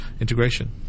integration